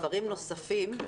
אני